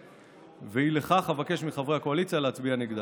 ואי לכך, אבקש מחברי הקואליציה להצביע נגדה.